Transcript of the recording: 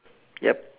yup